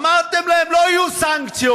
אמרתם להם: לא יהיו סנקציות,